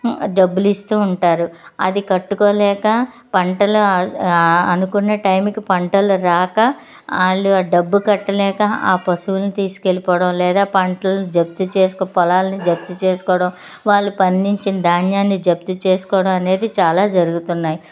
డబ్బులు ఇస్తు ఉంటారు అది కట్టుకోలేక పంటలు అనుకున్న టైంకి పంటలు రాక వాళ్ళు ఆ డబ్బు కట్టలేక ఆ పశువులను తీసుకు వెళ్ళిపోవడం లేదా పంటలను జప్తు చేసుకు పొలాలని జప్తు చేసుకోవడం వాళ్ళు పండించిన ధాన్యాన్ని జప్తు చేసుకోవడం అనేది చాలా జరుగుతున్నాయి